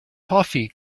toffee